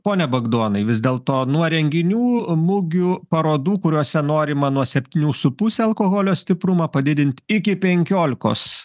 pone bagdonai vis dėlto nuo renginių mugių parodų kuriuose norima nuo septynių su puse alkoholio stiprumą padidint iki penkiolikos